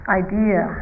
idea